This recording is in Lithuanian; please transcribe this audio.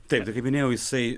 taip tai kaip minėjau jisai